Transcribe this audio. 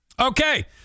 Okay